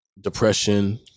Depression